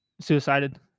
suicided